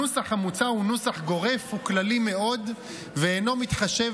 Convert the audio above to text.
הנוסח המוצע הוא נוסח גורף וכללי מאוד ואינו מתחשב